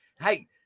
hey